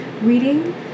reading